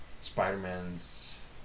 Spider-Man's